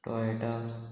Toyota